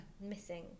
missing